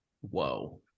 Whoa